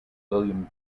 william